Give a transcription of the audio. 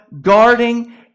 guarding